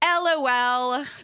LOL